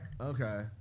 Okay